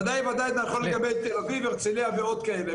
ודאי שזה נכון לגבי תל-אביב, הרצליה ועוד כאלה.